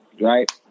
Right